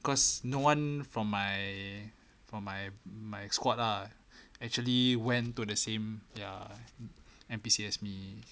cause no one from my from my my squad ah actually went to the same ya N_P_C as me